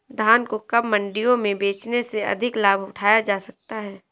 धान को कब मंडियों में बेचने से अधिक लाभ उठाया जा सकता है?